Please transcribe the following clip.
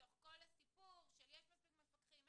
בתוך כל הסיפור שאין מספיק מפקחים,